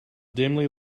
dimly